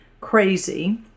crazy